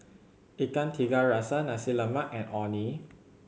Ikan Tiga Rasa Nasi Lemak and Orh Nee